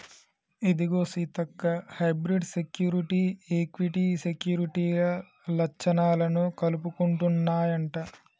ఇదిగో Seethakka hybrid security, equity సెక్యూరిటీల లచ్చణాలను కలుపుకుంటన్నాయంట